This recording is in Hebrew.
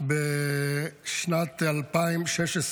בשנת 2016,